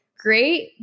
Great